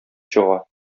чыга